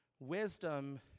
wisdom